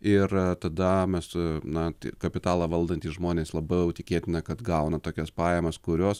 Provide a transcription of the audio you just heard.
ir tada mes na kapitalą valdantys žmonės labiau tikėtina kad gauna tokias pajamas kurios